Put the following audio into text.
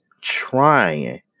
trying